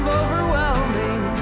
overwhelming